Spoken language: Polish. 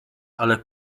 ale